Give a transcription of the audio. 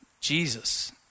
Jesus